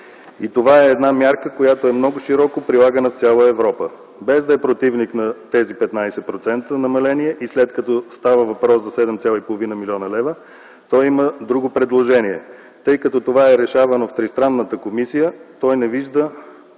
И това е една мярка, която е много широко прилагана в цяла Европа. Без да е противник на тези 15% намаление и след като става въпрос за 7,5 млн. лв., той има друго предложение. Тъй като това е решавано в тристранната комисия, той не вижда